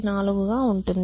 14 గా ఉంటుంది